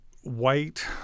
white